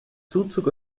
zuzug